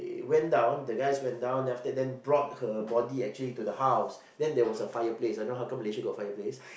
they went down the guys went down then after that brought her body actually to the house then there was a fireplace I don't know how come Malaysia got fireplace